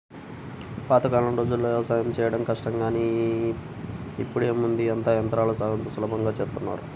పాతకాలం రోజుల్లో యవసాయం చేయడం కష్టం గానీ ఇప్పుడేముంది అంతా యంత్రాల సాయంతో సులభంగా చేసేత్తన్నారు